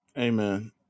Amen